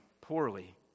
poorly